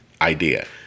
idea